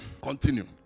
Continue